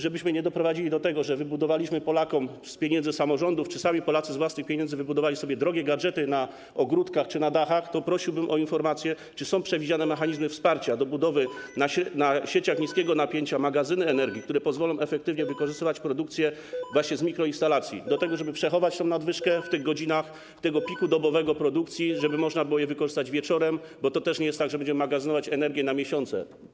Żebyśmy nie doprowadzili do tego, że wybudowaliśmy Polakom z pieniędzy samorządów czy sami Polacy z własnych pieniędzy wybudowali sobie drogie gadżety w ogródkach czy na dachach, to prosiłbym o informację, czy są przewidziane mechanizmy wsparcia budowy na sieciach niskiego napięcia magazynów energii, które pozwolą efektywnie wykorzystywać produkcję z mikroinstalacji, żeby przechować nadwyżkę w godzinach piku dobowego produkcji, żeby można było ją wykorzystać wieczorem - bo to też nie jest tak, że będziemy magazynować energię na miesiące.